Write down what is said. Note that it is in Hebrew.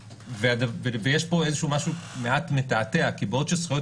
ויש איזשהו משהו מעט מתעתע כי בעוד שזכויות